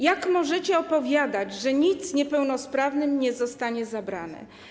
Jak możecie opowiadać, że nic niepełnosprawnym nie zostanie zabrane?